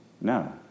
No